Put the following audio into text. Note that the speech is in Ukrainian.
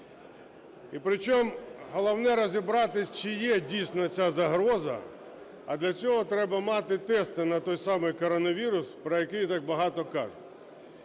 І при чому головне – розібратись, чи є, дійсно, ця загроза. А для цього потрібно мати тести на той самий коронавірус, про який так багато кажуть.